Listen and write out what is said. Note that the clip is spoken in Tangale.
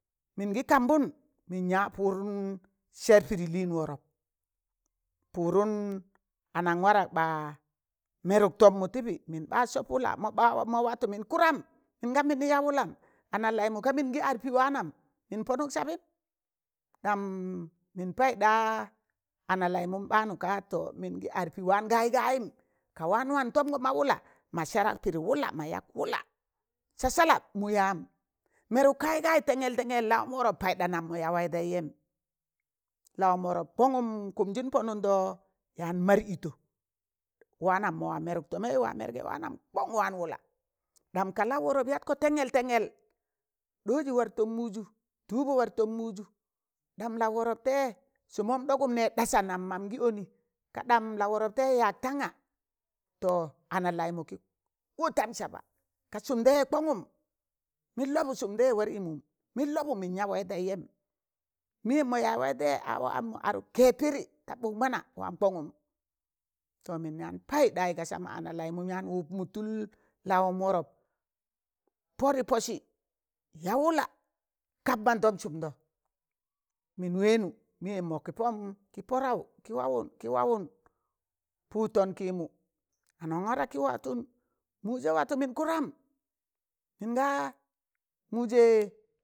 Mịngị kambụn mịn ya pụdụm sẹr pịdị lịịn wọrọp, pụdụm anan kwadak ɓa mẹrụk tọm mụ tịbị, mịn ba sọp wụla mọ ba mọ watụ mịn kụdamụ mịnga mịnị ya wụlam ana laịmụ ka mịn adpị waanam mịn panụk sabịm ɗam mịn payụk ɗaa ana laị mụn ɓaanụ ka to mịn ga ad pị waan gayị gayịm ka waan wantọmgọ ma wụla ma sẹẹrak pịdị wụla ma yak wụla sasalap mụ yaam, mẹrụk kayị kayị tẹngẹl tẹngẹl, lawom wọrọp paịɗa nam mọ ta ya waị taịzẹm lawọm wọrọpụn kọngum kụmzịn pọ nụndọ yaan mar ịtọ wannam ma mẹrụk tọ maeị wa yaazọ waanam kan waan wụla ɗam ka laụ worop yatkọ tẹngẹl tẹngẹl, ɗọzị war tọm mụzụ tụụbọ war tọm mụzụ ɗam laụ wọrọp taịzẹ sụmọn ɗọgụ nẹ ɗasa nam mam gị ọnọ kaɗam laụ wọrọp taịzẹ yaag tanga, to ana laịmụ kịwụtụm saba, ka sụm taịzẹ kongụm mịn lọbụ sụm taịzẹ war ịmụm, mịn lobụ mịn ya waị taịzẹn mịyẹm mọ yaaz waịtaịzẹ a wam mọ adụk kẹb pịdị ta ɓụk mana wam kọngụm to mịn yaan payịn ɗayị, ga sama ana laịmụ mọ wụpmụ tụl, lawọn wọrọp pọdị pọsị ya wụla kap mandom sụmdọ mịn wẹẹnụ, mịyem mọ kị pọmụ kị pọda wụ kị wawụn kị wawọn pudton kimu, anakwadaki ma woton mụzẹ watụ mịn kụdamụ, mịngaa, mụzẹ,